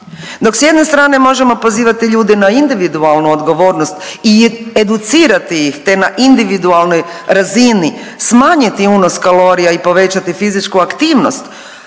Dok s jedne strane možemo pozivati ljude na individualnu odgovornost i educirati ih, te na individualnoj razini smanjiti unos kalorija i povećati fizičku aktivnost